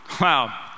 Wow